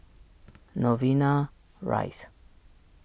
Novena Rise